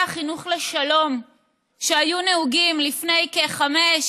החינוך לשלום שהיו נהוגים לפני כחמש,